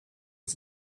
was